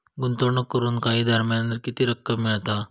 गुंतवणूक करून काही दरम्यान किती रक्कम मिळता?